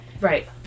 right